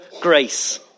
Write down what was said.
grace